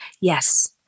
Yes